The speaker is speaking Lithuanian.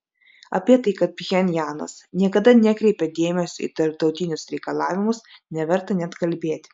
apie tai kad pchenjanas niekada nekreipė dėmesio į tarptautinius reikalavimus neverta net kalbėti